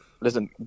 listen